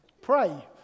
Pray